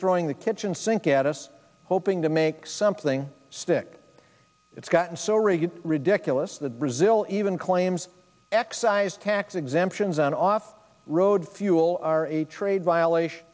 throwing the kitchen sink at us hoping to make something stick it's gotten so rigid ridiculous that brazil even claims excise tax exemptions on off road fuel are a trade violation